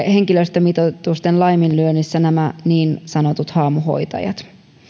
henkilöstömitoitusten laiminlyönnissä ovat siis nämä niin sanotut haamuhoitajat